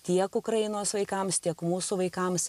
tiek ukrainos vaikams tiek mūsų vaikams